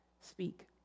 speak